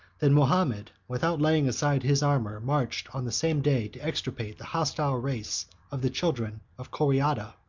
than mahomet, without laying aside his armor, marched on the same day to extirpate the hostile race of the children of koraidha.